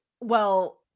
well-